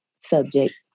subject